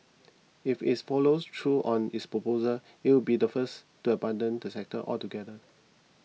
if it follows through on its proposal it would be the first to abandon the sector altogether